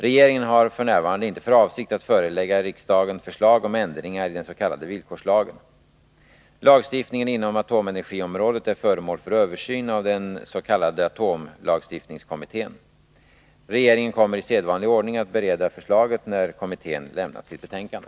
Regeringen har f.n. inte för avsikt att förelägga riksdagen förslag om ändringar i den s.k. villkorslagen. Lagstiftningen inom atomenergiområdet är föremål för översyn av den s.k. atomlagstiftningskommittén. Regeringen kommer i sedvanlig ordning att bereda förslaget när kommittén avlämnat sitt betänkande.